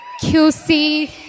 QC